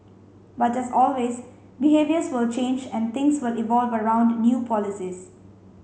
but as always behaviours will change and things will evolve around new policies